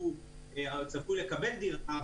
שהוא צפוי לקבל דירה,